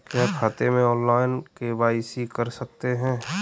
क्या खाते में ऑनलाइन के.वाई.सी कर सकते हैं?